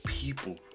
People